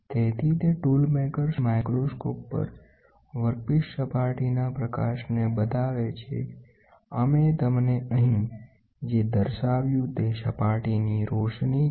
તેથી તે tool makers માઈક્રોસ્કોપનો પર વર્કપીસ સપાટીના પ્રકાશને બતાવે છેઅમે તમને અહીં જે દર્શાવ્યું તે સપાટીની રોશની છે